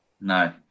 No